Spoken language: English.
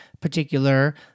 particular